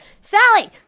Sally